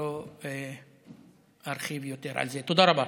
ולא ארחיב על זה יותר.